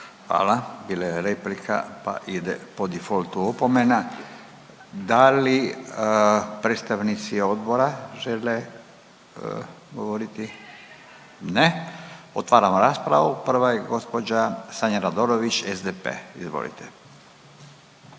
Hvala. Bila je replika pa ide po defaultu opomena. Da li predstavnici odbora žele govoriti? Ne. Otvaram raspravu, prva je gđa Sanja Radolović, SDP, izvolite.